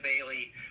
Bailey